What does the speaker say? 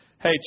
hey